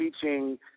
teaching